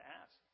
ask